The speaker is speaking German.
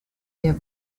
der